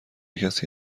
کسی